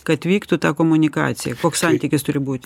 kad vyktų ta komunikacija koks santykis turi būt